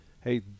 hey